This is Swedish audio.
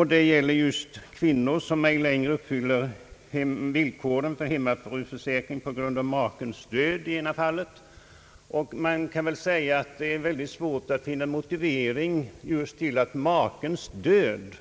I det ena fallet gäller det kvinnor, som ej längre uppfyller villkoren för hemmafruförsäkring på grund av makens död. Det är mycket svårt att finna en motivering just till att makens död